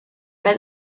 pas